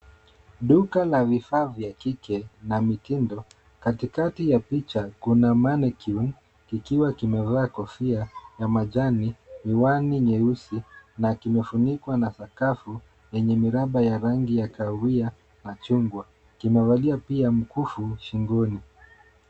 Duka la vifaa vya kike na mitindo. Katikati ya picha, kuna mannequin kikiwa kimevaa kofia ya majani, miwani nyeusi na kimefunikwa na sakafu yenye miraba ya rangi ya kahawia na chungwa, kimevalia pia mkufu shingoni.